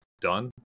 done